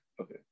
Okay